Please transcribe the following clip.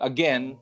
Again